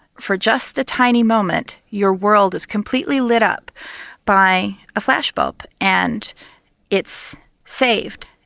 for just a tiny moment your world is completely lit up by a flashbulb and it's saved.